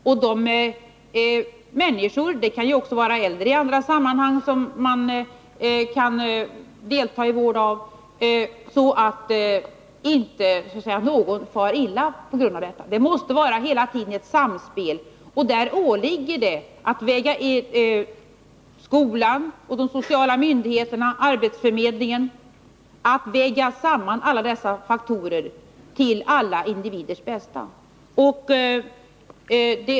När det gäller de människor — det kan ju också vara äldre i andra sammanhang — som kan delta i vården måste det hela tiden vara ett samspel, så att inte någon far illa. Det åligger skolan, de sociala myndigheterna och arbetsförmedlingen att väga samman dessa faktorer till alla individers bästa.